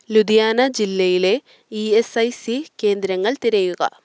ലുധിയാനാ ജില്ലയിലെ E S I C കേന്ദ്രങ്ങൾ തിരയുക